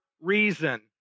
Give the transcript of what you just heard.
reason